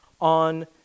on